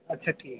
अच्छा ठीक ऐ